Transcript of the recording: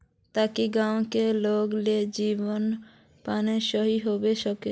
ताकि गाँव की लोग के जीवन यापन सही होबे सके?